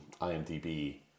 IMDb